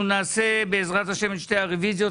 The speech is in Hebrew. אנחנו נעשה את שתי הרוויזיות,